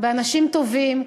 באנשים טובים,